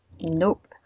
Nope